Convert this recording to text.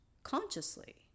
consciously